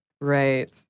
right